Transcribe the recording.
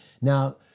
Now